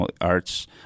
arts